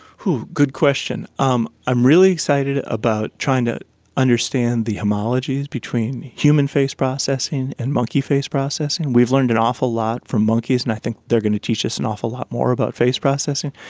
good question. um i'm really excited about trying to understand the homologies between human face processing and monkey face processing. we've learned an awful lot from monkeys, and i think they are going to teach us an awful lot more about face processing.